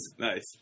nice